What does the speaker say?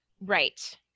right